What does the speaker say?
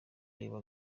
reba